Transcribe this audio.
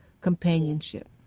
companionship